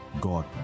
God